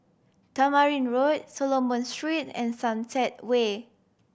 Tamarind Road Solomon Street and Sunset Way